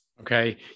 Okay